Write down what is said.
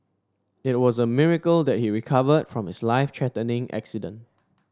it was a miracle that he recovered from his life threatening accident